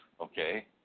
okay